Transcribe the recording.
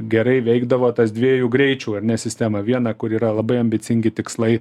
gerai veikdavo tas dviejų greičių ar ne sistema viena kur yra labai ambicingi tikslai